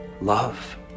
love